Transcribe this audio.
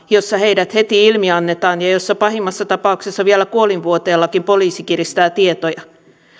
jossa heidät heti ilmiannetaan ja jossa pahimmassa tapauksessa vielä kuolinvuoteellakin poliisi kiristää tietoja